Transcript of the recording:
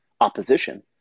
opposition